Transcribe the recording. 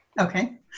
Okay